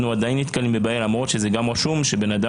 אנחנו עדיין נתקלים בבעיה למרות שכמו שאמרנו,